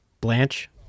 Blanche